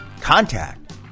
contact